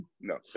No